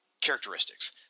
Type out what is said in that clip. characteristics